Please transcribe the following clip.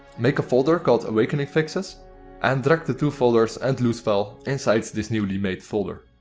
make a folder called awakening fixes and drag the two folders and loose file inside this newly made folder.